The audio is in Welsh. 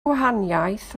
gwahaniaeth